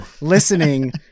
listening